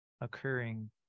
occurring